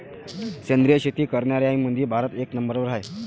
सेंद्रिय शेती करनाऱ्याईमंधी भारत एक नंबरवर हाय